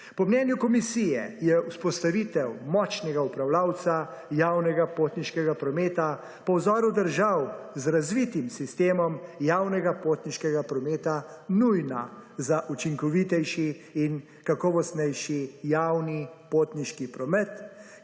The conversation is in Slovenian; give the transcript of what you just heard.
Po mnenju komisije je vzpostavitev močnega upravljavca javnega potniškega prometa po vzoru držav z razvitim sistemom javnega potniškega prometa nujna za učinkovitejši in kakovostnejši javni potniški promet,